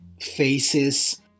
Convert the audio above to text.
faces